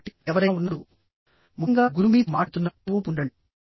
కాబట్టి ఎవరైనా ఉన్నప్పుడు ముఖ్యంగా గురువు మీతో మాట్లాడుతున్నారు తల ఊపుతూ ఉండండి